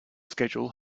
schedule